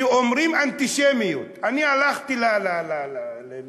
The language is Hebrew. כשאומרים "אנטישמיות" אני הלכתי לאבן-שושן,